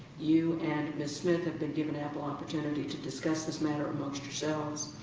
you and ms. smith have been given ample opportunity to discuss this matter amongst yourselves,